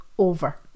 over